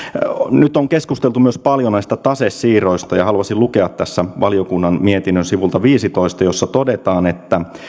nyt on keskusteltu paljon myös näistä tasesiirroista ja haluaisin lukea tässä valiokunnan mietinnön sivulta viisitoista jossa todetaan että